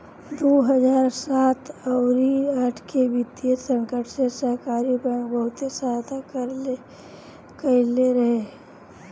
दू हजार सात अउरी आठ के वित्तीय संकट में सहकारी बैंक बहुते सहायता कईले रहे